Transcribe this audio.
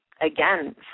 again